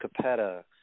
Capetta